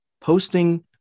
posting